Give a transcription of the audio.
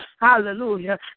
Hallelujah